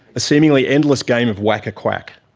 a seemingly endless game of whack a quack,